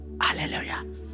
Hallelujah